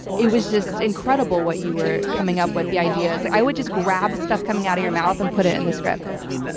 it was just incredible what you were coming up with, the ideas. i would just grab stuff coming out of your mouth and put it in the script. i mean,